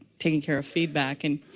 taking care of feedback. and,